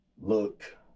look